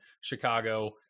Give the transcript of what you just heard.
Chicago